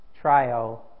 trial